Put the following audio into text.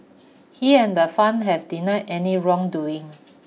he and the fund have denied any wrongdoing